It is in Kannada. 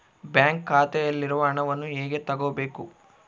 ಬ್ಯಾಂಕ್ ಖಾತೆಯಲ್ಲಿರುವ ಹಣವನ್ನು ಹೇಗೆ ತಗೋಬೇಕು?